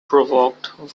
provoked